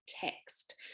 text